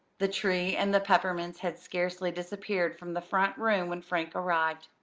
the tree and the peppermints had scarcely disappeared from the front room when frank arrived.